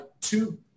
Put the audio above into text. two